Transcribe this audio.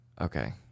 Okay